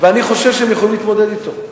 ואני חושב שהם יכולים להתמודד אתו.